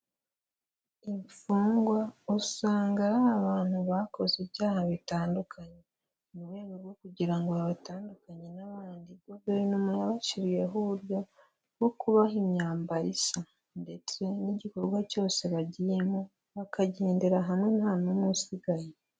Imfungwa usanga ari abantu bakoze ibyaha bitandukanye, mu rwego rwo kugira ngo babatandukanye n'abandi, guverinoma yabashyiriyeho uburyo bwo kubaha imyambaro isa ndetse n'igikorwa cyose bagiyemo bakagendera hamwe nta n'umwe usigaye.